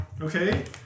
Okay